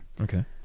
Okay